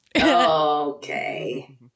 Okay